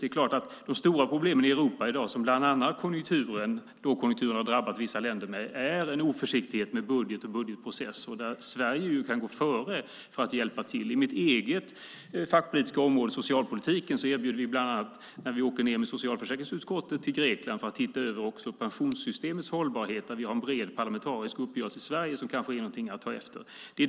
Det är klart att de stora problemen i Europa i dag, som bland annat lågkonjunkturen har drabbat vissa länder med, är en oförsiktighet med budget och budgetprocesser. Där kan Sverige gå före för att hjälpa till. Mitt eget fackpolitiska område är socialpolitiken. Vi åker med socialförsäkringsutskottet ned till Grekland för att titta över pensionssystemets hållbarhet. Vi har en bred parlamentarisk uppgörelse i Sverige som kanske är någonting att ta efter.